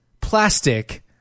plastic